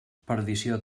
perdició